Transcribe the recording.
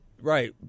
Right